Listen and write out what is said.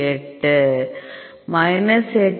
8 minus 8